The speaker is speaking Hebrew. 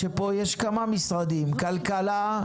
ופה יש כמה משרדים הכלכלה,